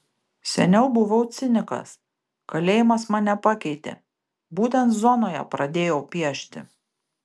seniau buvau cinikas kalėjimas mane pakeitė būtent zonoje pradėjau piešti